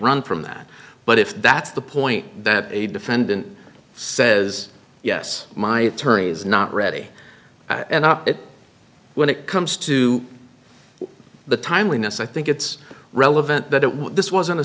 run from that but if that's the point that a defendant says yes my attorneys not ready and it when it comes to the timeliness i think it's relevant that it was this wasn't a